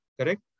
Correct